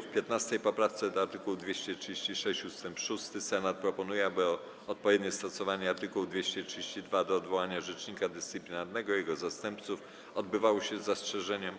W 15. poprawce do art. 236 ust. 6 Senat proponuje, aby odpowiednie stosowanie art. 232 do odwołania rzecznika dyscyplinarnego i jego zastępców odbywało się z zastrzeżeniem